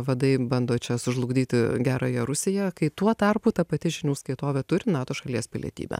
vadai bando čia sužlugdyti gerąją rusiją kai tuo tarpu ta pati žinių skaitovė turi nato šalies pilietybę